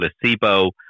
placebo